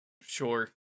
Sure